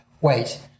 wait